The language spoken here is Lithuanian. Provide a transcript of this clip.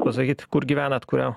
pasakyt kur gyvenat kurio